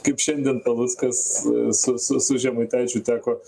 kaip šiandien paluckas su su su žemaitaičiu teko